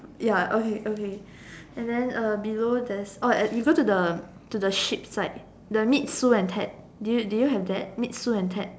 ya okay okay and then uh below there's oh we go to the to the sheep side to the meet Sue and Ted do you do you have that meet Sue and Ted